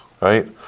Right